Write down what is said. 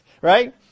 Right